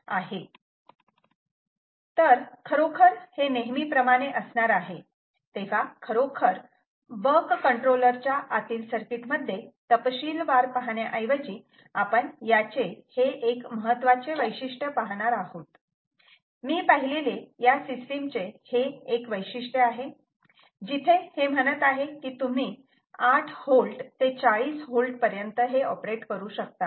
तर खरोखर हे नेहमीप्रमाणे असणार आहे तेव्हा खरोखर बक कंट्रोलर च्या आतील सर्किट मध्ये तपशीलवार पाहण्याऐवजी आपण याचे हे एक महत्त्वाचे वैशिष्ट्य पाहणार आहोत मी पाहिलेले या सिस्टिम चे हे एक वैशिष्ट्य आहे जिथे हे म्हणत आहे की तुम्ही 8 V ते 40 V पर्यंत ऑपरेट करू शकतात